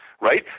Right